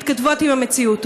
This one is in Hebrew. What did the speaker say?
מתכתבות עם המציאות?